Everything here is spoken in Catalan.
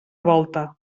volta